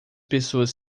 pessoas